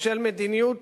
בשל מדיניות